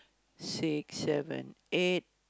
six seven eight